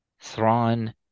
Thrawn